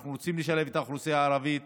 אנחנו רוצים לשלב את האוכלוסייה הערבית,